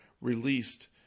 released